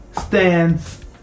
stands